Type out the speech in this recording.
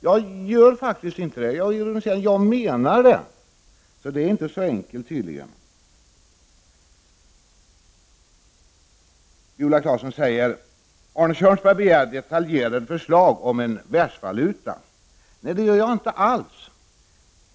Jag ironiserar faktiskt inte, utan jag menade vad jag sade, men det är tydligen inte så enkelt att få fram det. Viola Claesson sade att jag begär detaljerade förslag om en världsvaluta. Men det gör jag inte alls.